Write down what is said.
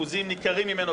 אחוזים ניכרים ממנו,